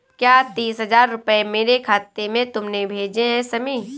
क्या तीस हजार रूपए मेरे खाते में तुमने भेजे है शमी?